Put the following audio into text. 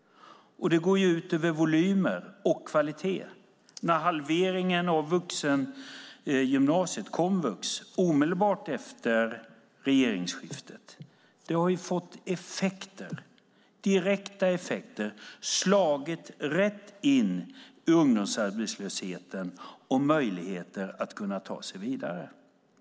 Det går ut över volymer och kvalitet. Halveringen av vuxengymnasiet, komvux, omedelbart efter regeringsskiftet har fått direkta effekter och slagit rätt in i ungdomsarbetslösheten och möjligheten att kunna ta sig vidare.